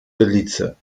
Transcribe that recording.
belize